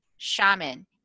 Shaman